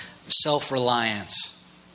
self-reliance